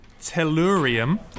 tellurium